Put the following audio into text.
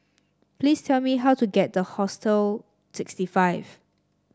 please tell me how to get the Hostel sixty five